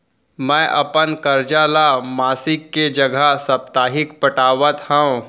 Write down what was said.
मै अपन कर्जा ला मासिक के जगह साप्ताहिक पटावत हव